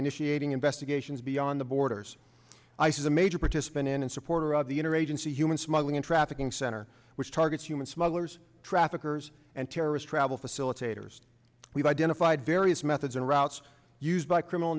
initiating investigations beyond the borders ice is a major participant in supporter of the inner agency human smuggling and trafficking center which targets human smugglers traffickers and terrorist travel facilitators we've identified various methods and routes used by criminal